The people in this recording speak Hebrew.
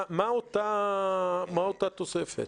מהי אותה תוספת?